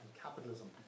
capitalism